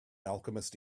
alchemist